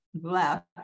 left